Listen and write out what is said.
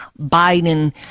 Biden